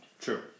true